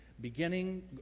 Beginning